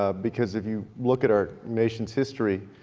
ah because if you look at our nation's history